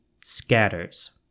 scatters